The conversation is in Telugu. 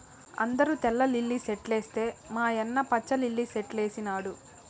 అందరూ తెల్ల లిల్లీ సెట్లేస్తే మా యన్న పచ్చ లిల్లి సెట్లేసినాడు